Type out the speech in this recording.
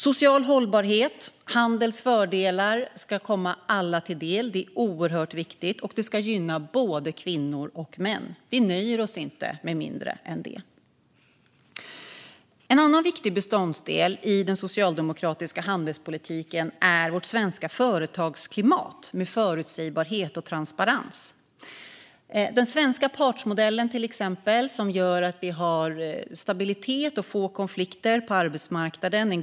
Social hållbarhet och handelns fördelar ska komma alla till del. Det är oerhört viktigt, och det ska gynna både kvinnor och män. Vi nöjer oss inte med mindre. En annan viktig beståndsdel i den socialdemokratiska handelspolitiken är det svenska företagsklimatet med förutsägbarhet och transparens och den svenska partsmodellen som gör att vi har stabilitet och få konflikter på arbetsmarknaden.